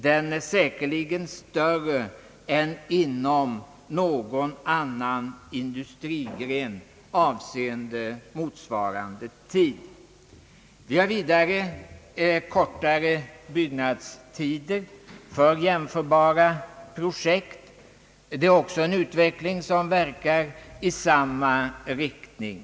Den är säkerligen större än inom någon annan industrigren under motsvarande tid. Byggnadstiderna för jämförbara objekt har vidare blivit kortare. Den utvecklingen verkar i samma riktning.